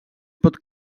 pot